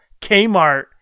Kmart